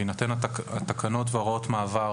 בהינתן התקנות והוראות המעבר,